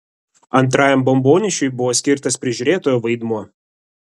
antrajam bombonešiui buvo skirtas prižiūrėtojo vaidmuo